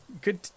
good